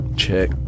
Check